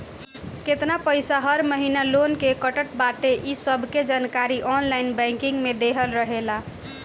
केतना पईसा हर महिना लोन के कटत बाटे इ सबके जानकारी ऑनलाइन बैंकिंग में देहल रहेला